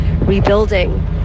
rebuilding